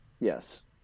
Yes